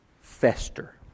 fester